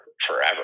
forever